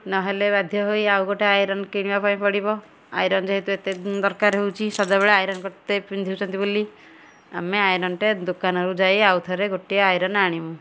ନହେଲେ ବାଧ୍ୟ ହୋଇ ଆଉ ଗୋଟେ ଆଇରନ୍ କିଣିବା ପାଇଁ ପଡ଼ିବ ଆଇରନ୍ ଯେହେତୁ ଏତେ ଦରକାରେ ହେଉଛି ସଦାବେଳେ ଆଇରନ୍ କରତେ ପିନ୍ଧୁଛନ୍ତି ବୋଲି ଆମେ ଆଇରନ୍ଟା ଦୋକାନରୁ ଯାଇ ଆଉଥରେ ଗୋଟିଏ ଆଇରନ୍ ଆଣିମୁ